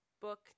book